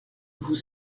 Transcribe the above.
vous